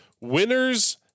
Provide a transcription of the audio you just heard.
Winners